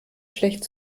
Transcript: schlecht